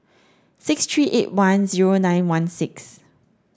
six three eight one zero nine one six